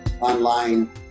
online